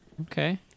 Okay